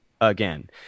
again